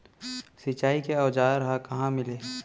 सिंचाई के औज़ार हा कहाँ मिलही?